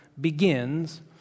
begins